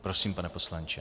Prosím, pane poslanče.